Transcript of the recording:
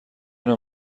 نوع